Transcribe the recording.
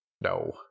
No